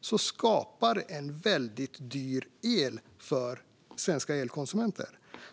vilket skapar väldigt dyr el för svenska elkonsumenter.